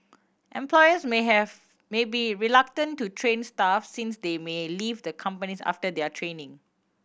employers may have may be reluctant to train staff since they may leave the companies after their training